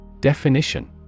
definition